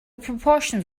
proportions